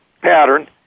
pattern